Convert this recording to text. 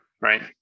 right